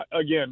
again